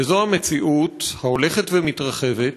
וזאת המציאות ההולכת ומתרחבת